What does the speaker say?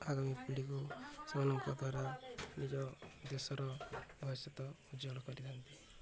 ଆଗାମୀ ପିଢ଼ିକୁ ସେମାନଙ୍କ ଦ୍ୱାରା ନିଜ ଦେଶର ଭବିଷ୍ୟତ ଉଜ୍ଵଳ କରିଥାନ୍ତି